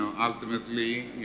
ultimately